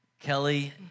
Kelly